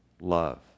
Love